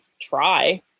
try